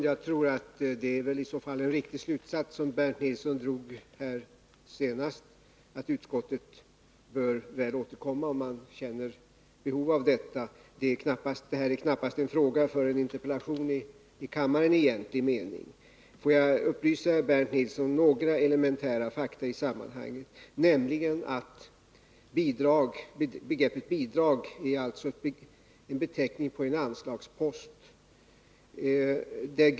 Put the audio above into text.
Herr talman! Jag tror att det i så fall är en riktig slutsats som Bernt Nilsson nyss drog, att utskottet bör återkomma om man känner behov därav. Det här är knappast en fråga för en interpellationsdebatt i egentlig mening här i kammaren. Får jag upplysa Bernt Nilsson om några elementära fakta i sammanhanget. Begreppet bidrag är alltså en beteckning för en anslagspost.